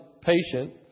patient